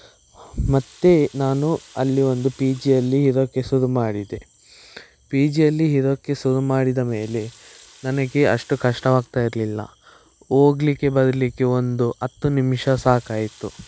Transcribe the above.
ಮತ್ತು ನಾನು ಅಲ್ಲಿ ಒಂದು ಪಿ ಜಿಯಲ್ಲಿ ಇರೋಕ್ಕೆ ಶುರು ಮಾಡಿದೆ ಪಿ ಜಿಯಲ್ಲಿ ಇರೋಕ್ಕೆ ಶುರು ಮಾಡಿದ ಮೇಲೆ ನನಗೆ ಅಷ್ಟು ಕಷ್ಟವಾಗ್ತಾ ಇರಲಿಲ್ಲ ಹೋಗ್ಲಿಕ್ಕೆ ಬರಲಿಕ್ಕೆ ಒಂದು ಹತ್ತು ನಿಮಿಷ ಸಾಕಾಯಿತು